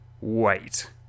Wait